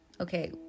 Okay